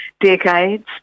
decades